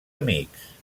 amics